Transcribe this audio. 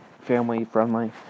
family-friendly